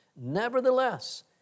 Nevertheless